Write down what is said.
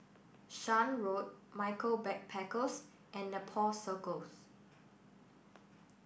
Shan Road Michaels Backpackers and Nepal Circus